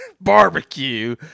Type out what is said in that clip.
barbecue